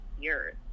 years